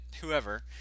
whoever